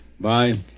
Bye